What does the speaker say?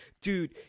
dude